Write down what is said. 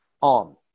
on